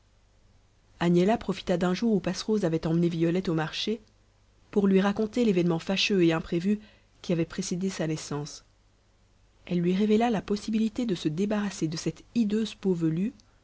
agnella profita d'un jour où passerose avait emmené violette au marché pour lui raconter l'événement fâcheux et imprévu qui avait précédé sa naissance elle lui révéla la possibilité de se débarrasser de cette hideuse peau velue